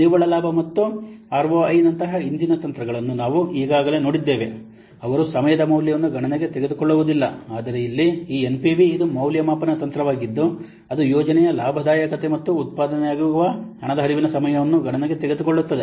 ಆದ್ದರಿಂದ ನಿವ್ವಳ ಲಾಭ ಮತ್ತು ಈ ಆರ್ಒಐನಂತಹ ಹಿಂದಿನ ತಂತ್ರಗಳನ್ನು ನಾವು ಈಗಾಗಲೇ ನೋಡಿದ್ದೇವೆ ಅವರು ಸಮಯದ ಮೌಲ್ಯವನ್ನು ಗಣನೆಗೆ ತೆಗೆದುಕೊಳ್ಳುವುದಿಲ್ಲ ಆದರೆ ಇಲ್ಲಿ ಈ ಎನ್ಪಿವಿಇದು ಮೌಲ್ಯಮಾಪನ ತಂತ್ರವಾಗಿದ್ದು ಅದು ಯೋಜನೆಯ ಲಾಭದಾಯಕತೆ ಮತ್ತು ಉತ್ಪಾದನೆಯಾಗುವ ಹಣದ ಹರಿವಿನ ಸಮಯವನ್ನು ಗಣನೆಗೆ ತೆಗೆದುಕೊಳ್ಳುತ್ತದೆ